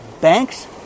banks